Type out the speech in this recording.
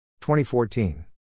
2014